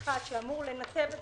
אחד שאמור לנתב,